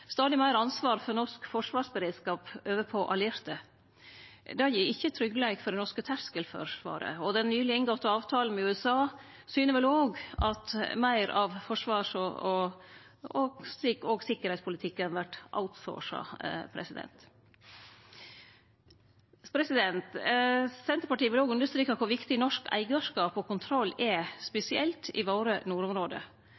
stadig meir ansvar for norsk forsvarsberedskap over på allierte. Det gir ikkje tryggleik for det norske terskelforsvaret. Den nyleg inngåtte avtalen med USA syner vel også at meir av forsvars- og sikkerheitspolitikken vert outsourca. Senterpartiet vil også understreke kor viktig norsk eigarskap og kontroll er,